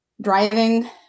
driving